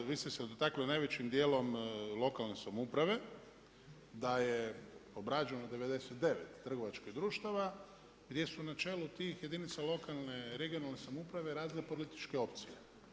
I vi ste se dotakli najvećim dijelom lokalne samouprave da je obrađeno 99 trgovačkih društava gdje su na čelu tih jedinica lokalne i regionalne samouprave razne političke opcije.